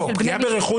פגיעה ברכוש,